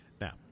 Now